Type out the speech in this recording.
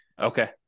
Okay